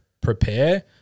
prepare